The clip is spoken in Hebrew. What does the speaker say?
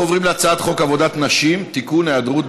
36 בעד, ללא מתנגדים.